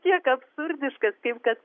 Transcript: tiek absurdiškas kaip kad